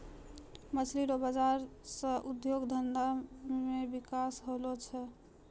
मछली रो बाजार से उद्योग धंधा मे बिकास होलो छै